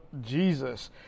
Jesus